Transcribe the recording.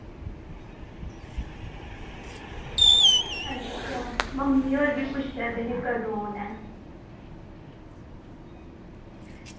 अच्छा मम्मी होर बी पुच्छा दे हे कदूं औना ऐ